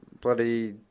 bloody